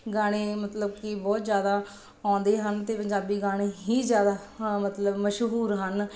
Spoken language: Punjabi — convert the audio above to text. ਗਾਣੇ ਮਤਲਬ ਕਿ ਬਹੁਤ ਜ਼ਿਆਦਾ ਆਉਂਦੇ ਹਨ ਅਤੇ ਪੰਜਾਬੀ ਗਾਣੇ ਹੀ ਜ਼ਿਆਦਾ ਹਾਂ ਮਤਲਬ ਮਸ਼ਹੂਰ ਹਨ